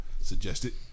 suggested